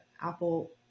Apple